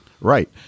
right